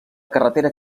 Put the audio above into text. carretera